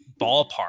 ballpark